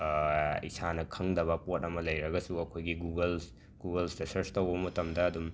ꯏꯁꯥꯅ ꯈꯪꯗꯕ ꯄꯣꯠ ꯑꯃ ꯂꯩꯔꯒꯁꯨ ꯑꯩꯈꯣꯏꯒꯤ ꯒꯨꯒꯜꯁ ꯒꯨꯒꯜꯁꯇ ꯁꯔꯁ ꯇꯧꯕ ꯃꯇꯝꯗ ꯑꯗꯨꯝ